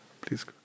Please